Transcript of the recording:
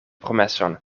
promeson